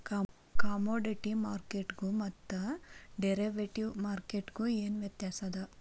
Commodity ಮಾರ್ಕೆಟ್ಗು ಮತ್ತ derivative ಮಾರ್ಕೆಟ್ಗು ಏನ್ ವ್ಯತ್ಯಾಸದ?